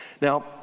Now